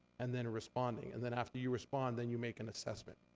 and then responding, and then after you respond, then you make an assessment.